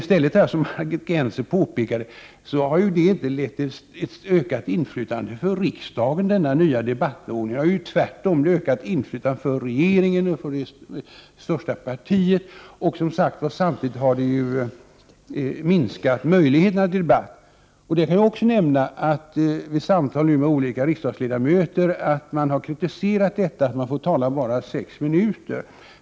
Som Margit Gennser påpekade har den inte lett till ökat inflytande för riksdagen utan tvärtom till ökat inflytande för regeringen och för det största partiet. Samtidigt har den som sagt minskat möjligheterna till debatt. Jag kan också nämna att olika riksdagsledamöter vid samtal med mig har kritiserat att man bara får tala 6 minuter.